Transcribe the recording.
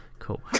Cool